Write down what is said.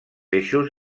eixos